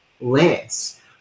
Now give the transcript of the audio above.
less